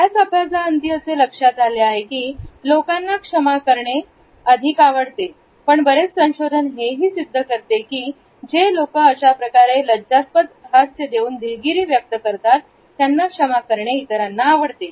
बऱ्याच अभ्यासाअंती असे लक्षात आले आहे की लोकांना क्षमा करणे अधिक आवडते पण बरेच संशोधन हेही सिद्ध करते की जे लोक अशाप्रकारे लज्जास्पद हास्य देऊन दिलगिरी व्यक्त करतात त्यांना क्षमा करणे इतरांना आवडते